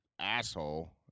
asshole